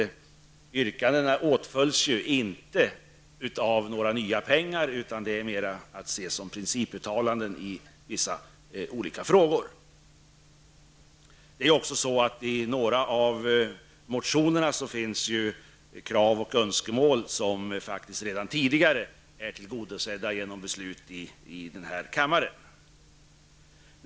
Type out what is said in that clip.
Yrkandena åtföljs ju inte av några nya pengar så att säga. I stället kan yrkandena betraktas som principuttalanden i vissa frågor. I några av motionerna finns det krav och önskemål som faktiskt redan har tillgodosetts genom beslut i denna kammare.